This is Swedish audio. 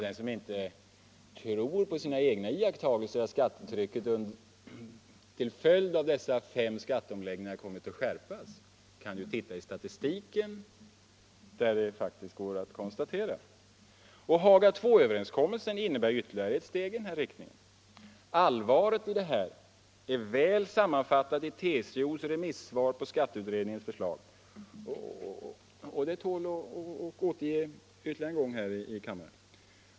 Den som inte tror på sina egna iakttagelser av att skattetrycket till följd av dessa fem skatteomläggningar kommit att skärpas kan studera statistiken, där det faktiskt kan konstateras. Haga Il-överenskommelsen innebär ytterligare ett steg i den riktningen. Allvaret i detta är väl sammanfattat i TCO:s remissvar på skatteutredningens förslag: Det tål att återges ytterligare en gång här i kammaren.